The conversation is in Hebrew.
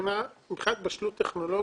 מבחינת בשלות טכנולוגית,